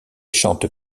chante